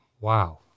Wow